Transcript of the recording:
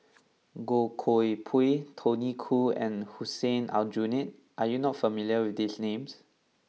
Goh Koh Pui Tony Khoo and Hussein Aljunied are you not familiar with these names